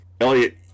Elliot